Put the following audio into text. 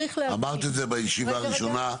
אמרת את זה בישיבה הראשונה.